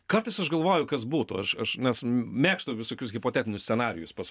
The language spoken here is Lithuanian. kartais aš galvoju kas būtų aš aš nes mėgstu visokius hipotetinius scenarijus pas